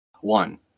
one